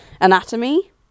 anatomy